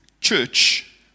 church